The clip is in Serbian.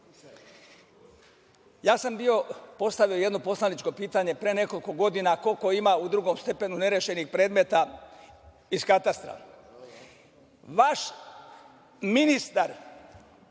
ja sam bio postavio jedno poslaničko pitanje pre nekoliko godina, koliko ima u drugom stepenu nerešenih predmeta iz katastra. Vaš ministar,